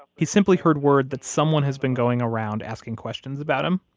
he's simply heard word that someone has been going around asking questions about him,